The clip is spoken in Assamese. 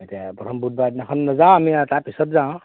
এতিয়া প্ৰথম বুধবাৰৰ দিনাখন নযাওঁ আমি তাৰপিছত যাওঁ